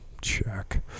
Check